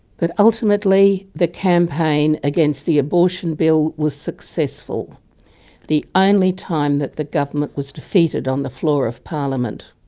but, ultimately the campaign against the abortion bill was successful the only time that the government was defeated on the floor of parliament.